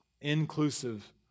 inclusive